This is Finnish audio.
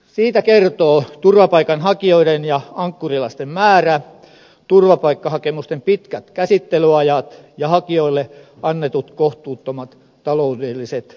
siitä kertoo turvapaikanhakijoiden ja ankkurilasten määrä turvapaikkahakemusten pitkät käsittelyajat ja hakijoille annetut kohtuuttomat taloudelliset etuudet